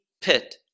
pit